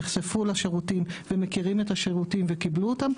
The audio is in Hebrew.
שנחשפו לשירותים ושקיבלו אותם,